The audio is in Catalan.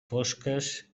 fosques